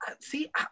See